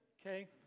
okay